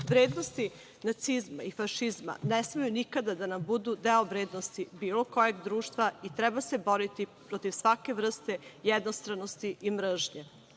mestu. Vrednosti nacizma i fašizma ne smeju nikada da nam budu deo vrednosti bilo kojeg društva i treba se boriti protiv svake vrste jednostranosti i mržnje. Znamo